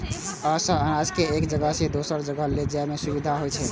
अय सं अनाज कें एक जगह सं दोसर जगह लए जाइ में सुविधा होइ छै